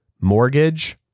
Mortgage